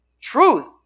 Truth